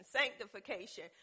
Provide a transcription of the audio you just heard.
sanctification